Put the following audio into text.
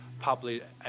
public